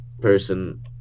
person